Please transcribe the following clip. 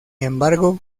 embargo